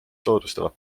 soodustavad